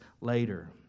later